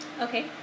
Okay